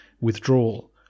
withdrawal